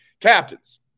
Captains